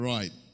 Right